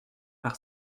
par